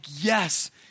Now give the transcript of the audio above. yes